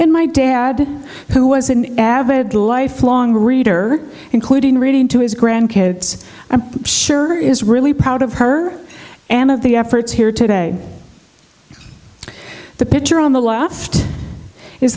and my dad who was an avid lifelong reader including reading to his grandkids i'm sure is really proud of her and of the efforts here today the picture on the left is